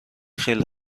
خیلی